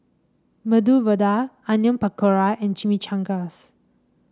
Medu Vada Onion Pakora and Chimichangas